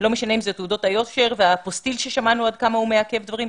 לא משנה אם זה תעודות היושר והאפוסטיל ששמענו עד כמה הוא מעכב דברים,